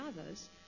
others